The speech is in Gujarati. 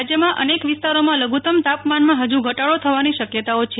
રાજયમાં અનેક વિસ્તારોમાં લધુત્તમ તાપમાનમાં હજુ ઘટાડો થવાની શકયતાઓ છે